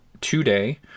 today